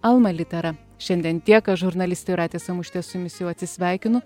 alma litera šiandien tiek aš žurnalistė jūratė samušytė su jumis jau atsisveikinu